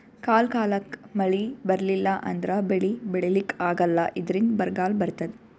ಕಾಲ್ ಕಾಲಕ್ಕ್ ಮಳಿ ಬರ್ಲಿಲ್ಲ ಅಂದ್ರ ಬೆಳಿ ಬೆಳಿಲಿಕ್ಕ್ ಆಗಲ್ಲ ಇದ್ರಿಂದ್ ಬರ್ಗಾಲ್ ಬರ್ತದ್